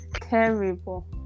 terrible